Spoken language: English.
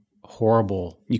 horrible